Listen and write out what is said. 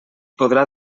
podrà